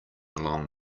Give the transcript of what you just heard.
along